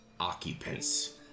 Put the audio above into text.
occupants